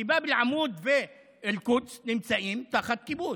כי באב אל-עמוד ואל-קודס נמצאים תחת כיבוש.